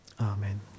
amen